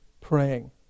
praying